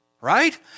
right